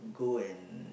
go and